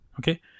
Okay